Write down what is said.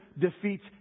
defeats